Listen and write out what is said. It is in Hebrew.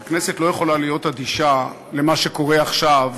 אז הכנסת לא יכולה להיות אדישה למה שקורה עכשיו